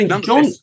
John